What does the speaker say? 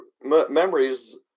memories